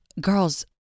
girls